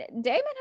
Damon